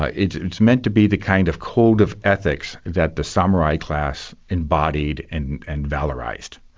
ah it's meant to be the kind of code of ethics that the samurai class embodied and and valorised.